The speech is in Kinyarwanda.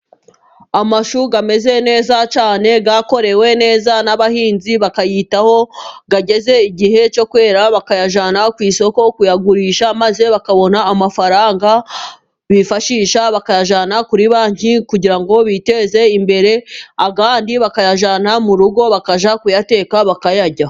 Amashu ameze neza cyane, yakorewe neza n'abahinzi bakayitaho. Ageze igihe cyo kwera bakayajyana ku isoko kuyagurisha, maze bakabona amafaranga bifashisha ,bakayajyana kuri banki kugira ngo biteze imber. Andi bakayajyana mu rugo bakajya kuyateka bakayarya.